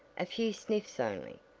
a few sniffs only,